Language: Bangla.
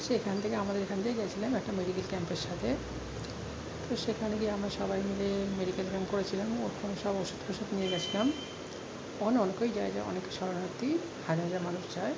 সেখান থেকে আমাদের এখান থেকে গিয়েছিলাম একটা মেডিক্যাল ক্যাম্পের সাথে তো সেখানে গিয়ে আমরা সবাই মিলে মেডিক্যাল ক্যাম্প করেছিলাম ওখানে সব ওষুধ ফসুধ নিয়ে গিয়েছিলাম ওখানে অনেকেই যায় যায় অনেকে শরণার্থী হাজার হাজার মানুষ যায়